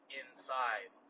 inside